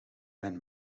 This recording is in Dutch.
mijn